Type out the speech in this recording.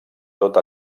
tot